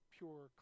pure